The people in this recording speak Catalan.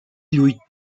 lluitar